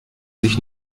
sich